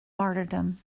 martyrdom